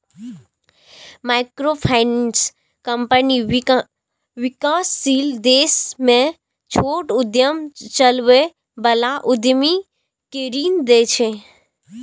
microfinance company विकासशील देश मे छोट उद्यम चलबै बला उद्यमी कें ऋण दै छै